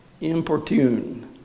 Importune